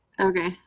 okay